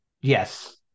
Yes